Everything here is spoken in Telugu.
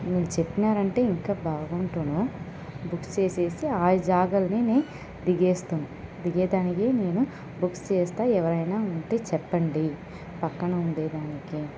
మీరు చెప్పినారంటే ఇంకా బాగుండును బుక్ చేసేసి ఆ జాగాలలోనే దిగేస్తా దిగేదానికి నేను బుక్ చేస్తా ఎవరైనా ఉంటే చెప్పండి పక్కన ఉండేదానికి